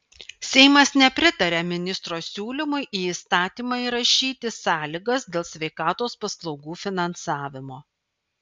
seimas nepritarė ministro siūlymui į įstatymą įrašyti sąlygas dėl sveikatos paslaugų finansavimo